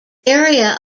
area